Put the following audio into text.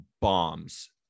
bombs